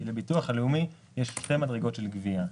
לביטוח הלאומי יש שתי מדרגות של גבייה,